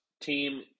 team